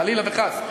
חלילה וחס,